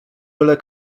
byle